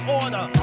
order